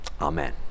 amen